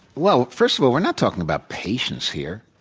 well, first of all we're not talking about patience here.